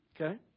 Okay